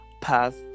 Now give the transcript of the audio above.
past